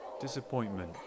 Disappointment